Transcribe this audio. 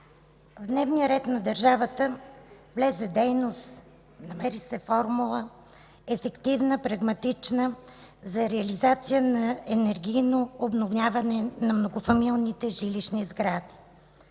В дневния ред на държавата влезе дейност, намери се формула – ефективна, прагматична, за реализация на енергийно обновяване на многофамилните жилищни сгради.